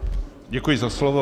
Děkuji za slovo.